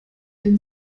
den